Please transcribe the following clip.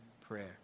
prayer